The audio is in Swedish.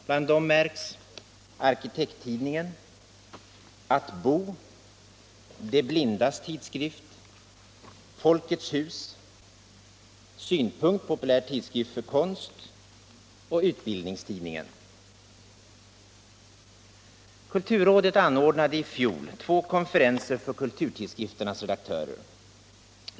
Bland dem märks arkitekttidningen, Att bo, De Blindas Tidskrift, Folkets Hus, Synpunkt, Populär Tidskrift för konst och Utbildningstidningen. Kulturrådet anordnade i fjol två konferenser för kulturtidskrifternas redaktörer.